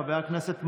חבר הכנסת מעוז,